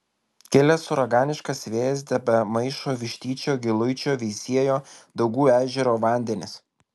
kilęs uraganiškas vėjas tebemaišo vištyčio giluičio veisiejo daugų ežero vandenis